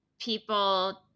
people –